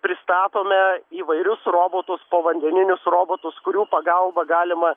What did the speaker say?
pristatome įvairius robotus povandeninius robotus kurių pagalba galima